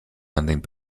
ending